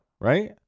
right